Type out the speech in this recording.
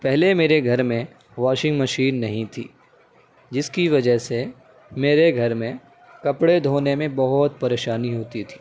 پہلے میرے گھر میں واشنگ مشین نہیں تھی جس کی وجہ سے میرے گھر میں کپڑے دھونے میں بہت پریشانی ہوتی تھی